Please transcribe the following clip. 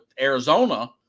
Arizona